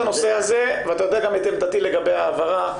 הנושא הזה ואתה יודע גם את עמדתי לגבי ההעברה,